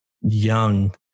young